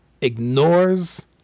ignores